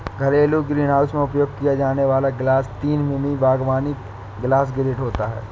घरेलू ग्रीनहाउस में उपयोग किया जाने वाला ग्लास तीन मिमी बागवानी ग्लास ग्रेड होता है